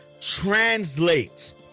translate